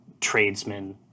Tradesmen